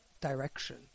direction